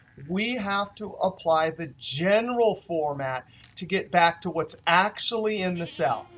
we have to apply the general format to get back to what's actually in the cell.